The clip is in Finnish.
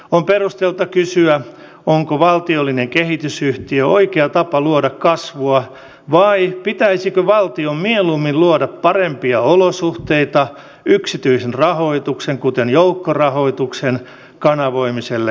on perusteltua kysyä onko valtiollinen kehitysyhtiö oikea tapa luoda kasvua vai pitäisikö valtion mieluummin luoda parempia olosuhteita yksityisen rahoituksen kuten joukkorahoituksen kanavoimiselle kasvuyrityksille